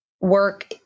work